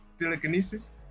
telekinesis